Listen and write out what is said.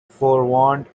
forewarned